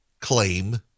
claim